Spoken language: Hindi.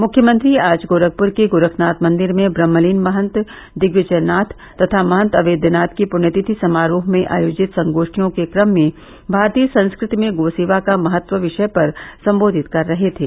मुख्यमंत्री आज गोरखपुर के गोरखनाथ मंदिर में ब्रह्मलीन महंत दिविजयनाथ तथा महंत अवेद्यनाथ की पुण्यतिथि समारोह में आयोजित संगोष्ठियों के क्रम में भारतीय संस्कृति में गो सेवा का महत्व्य विषय पर संबोधित कर रहे थे